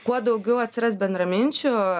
kuo daugiau atsiras bendraminčių